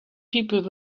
people